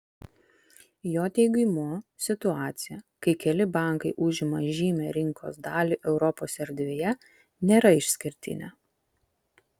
jo teigimu situacija kai keli bankai užima žymią rinkos dalį europos erdvėje nėra išskirtinė